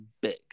big